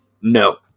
No